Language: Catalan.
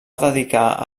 dedicar